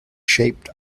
shaped